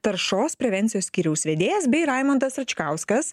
taršos prevencijos skyriaus vedėjas bei raimondas račkauskas